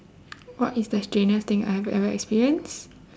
what is the strangest thing I have ever experience